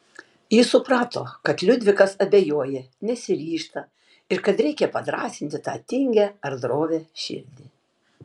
ji suprato kad liudvikas abejoja nesiryžta ir kad reikia padrąsinti tą tingią ar drovią širdį